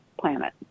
planet